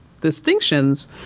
distinctions